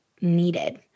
needed